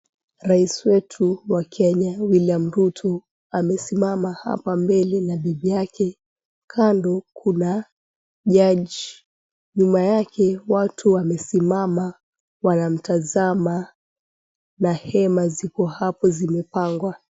Rais wetu wa Kenya Wiliam Ruto amesimama hapa mbele na bibi yake kando kuna jaji nyuma yake watu wanamtazama na hema ziko hapo zimepangwa.